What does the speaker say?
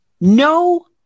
no